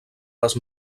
les